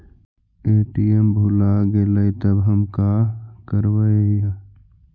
ATM भुला गेलय तब हम काकरवय?